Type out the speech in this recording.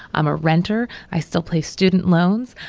i'm a renter. i still pay student loans.